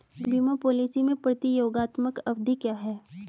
बीमा पॉलिसी में प्रतियोगात्मक अवधि क्या है?